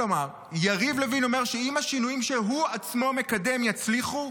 כלומר יריב לוין אומר שאם השינויים שהוא עצמו מקדם יצליחו,